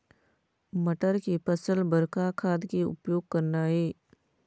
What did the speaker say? मटर के फसल बर का का खाद के उपयोग करना ये?